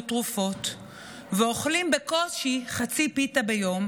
תרופות ואוכלים בקושי חצי פיתה ביום,